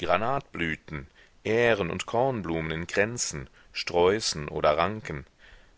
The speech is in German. granatblüten ähren und kornblumen in kränzen sträußen oder ranken